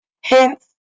Hence